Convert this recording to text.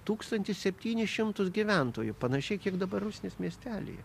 tūkstantis deptyni šimtus gyventojų panašiai kiek dabar rusnės miestelyje